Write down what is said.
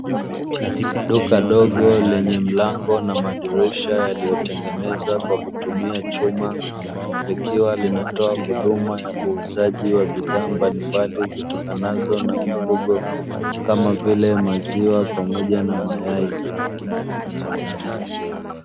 Duka dogo lenye mlango na madirisha, lililotengenezwa kwa kutumia chuma likiwa linatoa huduma ya uuzaji wa bidhaa mbalimbali zinazotokana na mifugo kama vile maziwa pamoja na mayai.